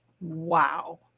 Wow